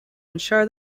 ensure